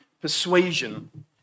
persuasion